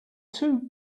two